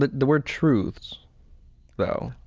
the word truths though,